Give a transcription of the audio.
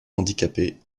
handicapés